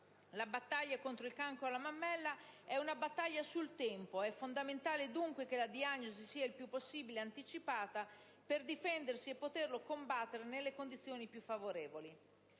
La battaglia contro il cancro alla mammella è una battaglia sul tempo; è fondamentale dunque che la diagnosi sia il più possibile anticipata, per difendersi e poterlo combattere nelle condizioni più favorevoli.